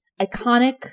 iconic